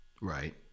Right